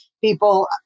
people